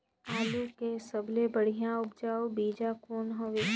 आलू के सबले बढ़िया उपजाऊ बीजा कौन हवय?